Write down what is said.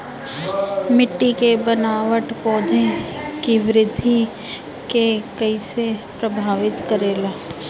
मिट्टी के बनावट पौधों की वृद्धि के कईसे प्रभावित करेला?